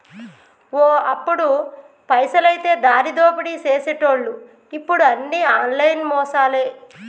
ఓ అప్పుడు పైసలైతే దారిదోపిడీ సేసెటోళ్లు ఇప్పుడు అన్ని ఆన్లైన్ మోసాలే